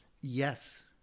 Yes